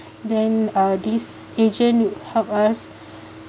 then uh this agent would help us